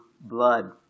blood